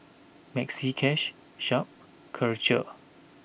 Maxi Cash Sharp Karcher